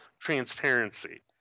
transparency